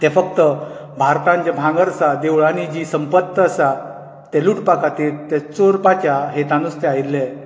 ते फक्त भारतान जे भांगर आसा देवळांनी जी संपत्त आसा ते लुटपा खातीर ते चोरपाच्या हेतानूच ते आयिल्ले